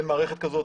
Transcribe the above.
אין מערכת הזאת.